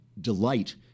delight